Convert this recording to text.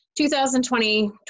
2020